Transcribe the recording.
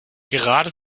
gerade